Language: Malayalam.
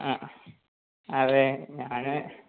ആ ആ അതേ ഞാൻ